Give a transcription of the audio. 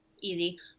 easy